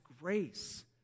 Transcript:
grace